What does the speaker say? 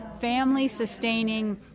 family-sustaining